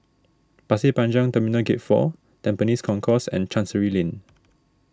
Pasir Panjang Terminal Gate four Tampines Concourse and Chancery Lane